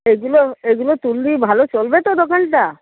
এগুলো এগুলো তুললি ভালো চলবে তো দোকানটা